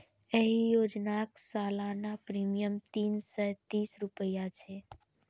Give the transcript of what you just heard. एहि योजनाक सालाना प्रीमियम तीन सय तीस रुपैया छै